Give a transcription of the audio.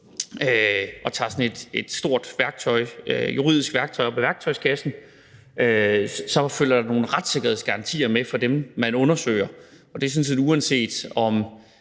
og tager sådan et stort juridisk værktøj op af værktøjskassen, så følger der nogle retssikkerhedsgarantier med for dem, man undersøger. Uanset om ministrene er